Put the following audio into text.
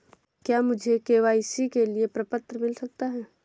क्या मुझे के.वाई.सी के लिए प्रपत्र मिल सकता है?